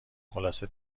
خلاصه